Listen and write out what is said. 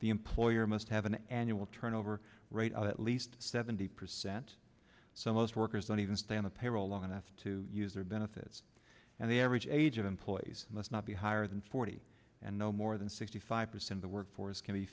the employer must have an annual turnover rate of at least seventy percent so most workers don't even stay on the payroll long enough to use their benefits and the average age of employees must not be higher than forty and no more than sixty five percent the workforce can be